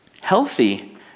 healthy